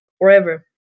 forever